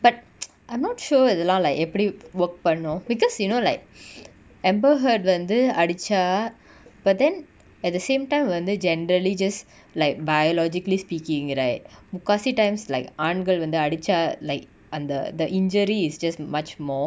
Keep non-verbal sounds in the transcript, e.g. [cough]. but [noise] I'm not sure இதலா:ithala like எப்டி:epdi work பன்னு:pannu because you know like [breath] amber heard வந்து அடிச்சா:vanthu adicha but then at the same time வந்து:vanthu generally just like biologically speaking right முக்காவாசி:mukkaavasi times like ஆண்கள் வந்து அடிச்சா:aankal vanthu adicha like அந்த:antha the injury is just much more